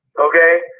okay